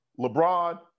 LeBron